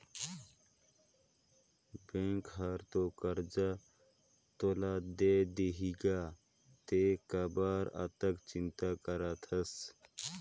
bank हर तो करजा तोला दे देहीगा तें काबर अतना चिंता करथस